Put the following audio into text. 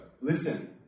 Listen